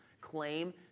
claim